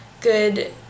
good